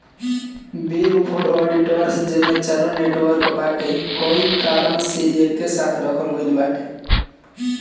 big four auditors जेमे चारो network बाटे कई कारण से एके साथे रखल गईल बाटे